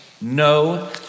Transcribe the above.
no